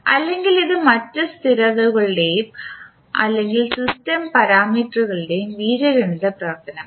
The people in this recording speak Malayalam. അല്ലെങ്കിൽ ഇത് മറ്റ് സ്ഥിരതുകളുടെയും അല്ലെങ്കിൽ സിസ്റ്റം പാരാമീറ്ററുകളുടെയും ബീജഗണിത പ്രവർത്തനമാകാം